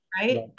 right